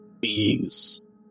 beings